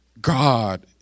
God